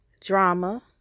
drama